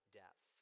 death